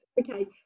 Okay